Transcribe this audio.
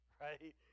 right